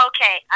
Okay